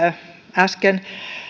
äsken